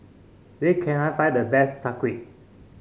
where can I find the best Chai Kueh